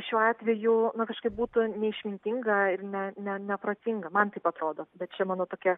šiuo atveju kažkaip būtų neišmintinga ir ne neprotinga man taip atrodo bet čia mano tokia